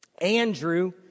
Andrew